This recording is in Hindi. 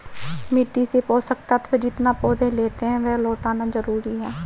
मिट्टी से पोषक तत्व जितना पौधे लेते है, वह लौटाना जरूरी है